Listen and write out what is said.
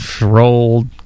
rolled